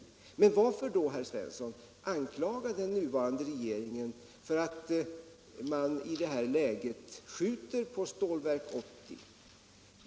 Om strukturproble Men varför då, herr Svensson, anklaga den nuvarande regeringen för — men inom svenskt att man i det här läget skjuter på Stålverk 80?